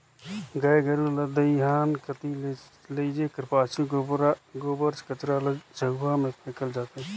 गाय गरू ल दईहान कती लेइजे कर पाछू गोबर कचरा ल झउहा मे फेकल जाथे